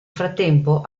frattempo